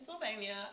Pennsylvania